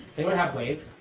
anyone have wave?